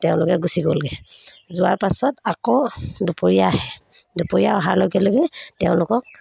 তেওঁলোকে গুচি গ'লগৈ যোৱাৰ পাছত আকৌ দুপৰীয়া আহে দুপৰীয়া অহাৰ লগে লগে তেওঁলোকক